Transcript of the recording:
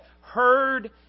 heard